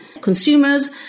consumers